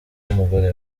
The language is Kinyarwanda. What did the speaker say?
w’umugore